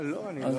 אנחנו מבקשים.